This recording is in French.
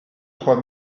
trois